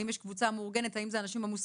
האם יש קבוצה מאורגנת, האם זה אנשים מוסמכים?